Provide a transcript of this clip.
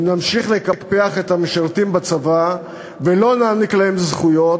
אם נמשיך לקפח את המשרתים בצבא ולא נעניק להם זכויות,